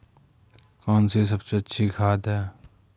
कौन सी सबसे अच्छी खाद है?